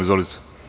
Izvolite.